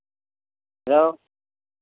hello